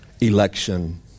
election